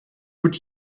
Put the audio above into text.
would